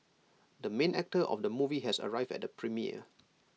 the main actor of the movie has arrived at the premiere